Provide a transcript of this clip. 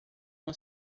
uma